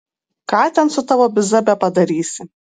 ką ten su tavo biza bepadarysi